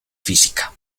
física